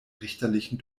richterlichen